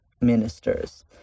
ministers